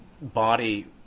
body